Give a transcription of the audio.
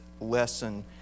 lesson